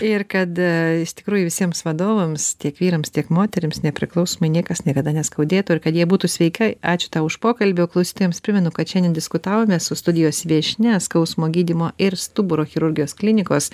ir kad ee iš tikrųjų visiems vadovams tiek vyrams tiek moterims nepriklausomai niekas niekada neskaudėtų ir kad jie būtų sveikai ačiū tau už pokalbį o klausytojams primenu kad šiandien diskutavome su studijos viešnia skausmo gydymo ir stuburo chirurgijos klinikos